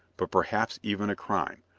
but perhaps even a crime,